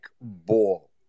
ball